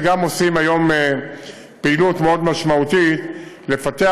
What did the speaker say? וגם עושים היום פעילות מאוד משמעותית לפתח,